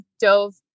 dove